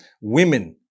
women